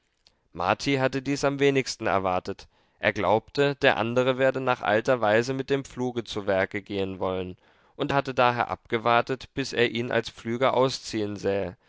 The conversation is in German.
marti hatte dies am wenigsten erwartet er glaubte der andere werde nach alter weise mit dem pfluge zu werke gehen wollen und hatte daher abgewartet bis er ihn als pflüger ausziehen sähe